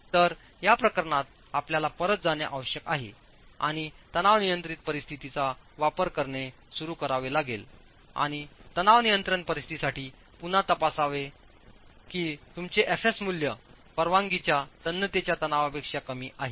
तर या प्रकरणात आपल्याला परत जाणे आवश्यक आहे आणि तणाव नियंत्रित परिस्थितीचा वापर करणे सुरू करावे लागेल आणि तणाव नियंत्रण परिस्थितीसाठी पुन्हा तपासावे की तुमचेएफएसमूल्य परवानगीच्या तन्यतेच्या तणावापेक्षा कमी आहे का